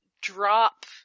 Drop